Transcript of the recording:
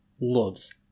loves